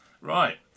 Right